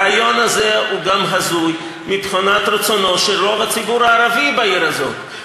הרעיון הזה הוא גם הזוי מבחינת רצונו של רוב הציבור הערבי בעיר הזאת.